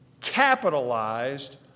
capitalized